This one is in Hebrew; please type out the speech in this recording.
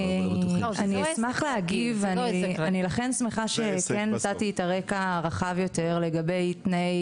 אני אשמח להגיב ואני שמחה שנתתי את הרקע הרחב יותר לגבי תנאי